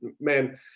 man